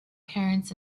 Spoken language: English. parents